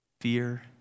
fear